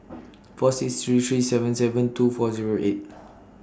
four six three three seven seven two four Zero eight